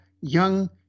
young